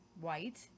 white